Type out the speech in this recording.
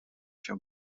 się